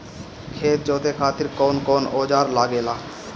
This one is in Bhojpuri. खेत जोते खातीर कउन कउन औजार लागेला?